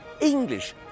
English